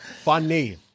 funny